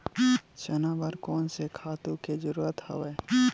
चना बर कोन से खातु के जरूरत हवय?